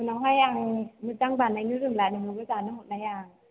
उनाव हाय आं मोजां बानायनो रोंब्ला नोंनोंबो जानो हरनाय आं